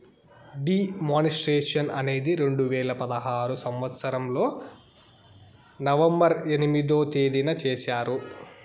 D మానిస్ట్రేషన్ అనేది రెండు వేల పదహారు సంవచ్చరంలో నవంబర్ ఎనిమిదో తేదీన చేశారు